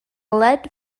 lead